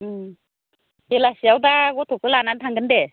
बेलासियाव दा गथ'खौ लानानै थांगोन दे